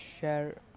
share